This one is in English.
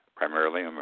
primarily